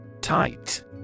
Tight